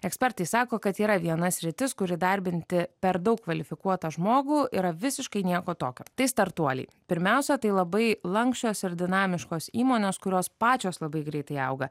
ekspertai sako kad yra viena sritis kur įdarbinti per daug kvalifikuotą žmogų yra visiškai nieko tokio tai startuoliai pirmiausia tai labai lanksčios ir dinamiškos įmonės kurios pačios labai greitai auga